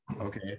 Okay